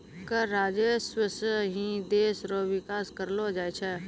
कर राजस्व सं ही देस रो बिकास करलो जाय छै